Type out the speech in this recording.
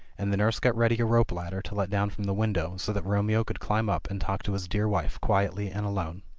and the nurse got ready a rope-ladder to let down from the window, so that romeo could climb up and talk to his dear wife quietly and alone.